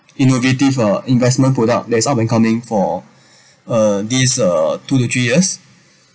innovative uh investment product that's up and coming for uh this uh two to three years